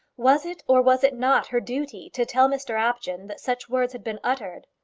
was it or was it not her duty to tell mr apjohn that such words had been uttered?